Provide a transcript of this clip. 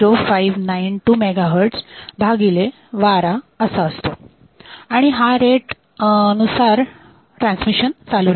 0592 MHz भागिले 12 असा असतो आणि हा रेट नुसार ट्रान्समिशन चालू राहते